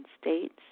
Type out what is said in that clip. states